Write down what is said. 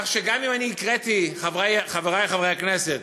כך שגם אם אני הקראתי, חברי חברי הכנסת,